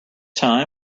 time